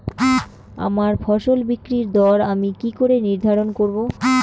আমার ফসল বিক্রির দর আমি কি করে নির্ধারন করব?